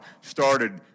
started